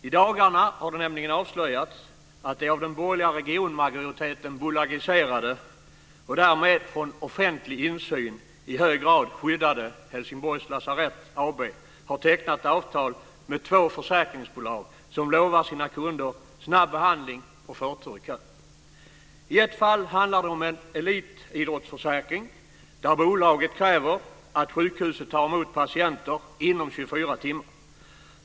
I dagarna har det nämligen avslöjats att det av den borgerliga regionmajoriteten bolagiserade och därmed från offentlig insyn i hög grad skyddade Helsingborgs lasarett AB har tecknat avtal med två försäkringsbolag som lovar sina kunder snabb behandling och förtur i kön. I ett fall handlar det om en elitidrottsförsäkring, där bolaget kräver att sjukhuset tar emot patienter inom 24 timmar.